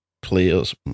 players